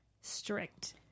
strict